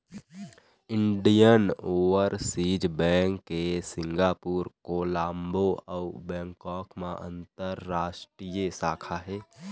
Indian overseas bank के Singapore, Colombo अउ Bangkok म अंतररास्टीय शाखा हे